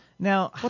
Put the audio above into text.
Now